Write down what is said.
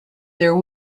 there